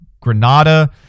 Granada